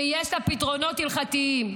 שיש לה פתרונות הלכתיים,